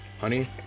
Honey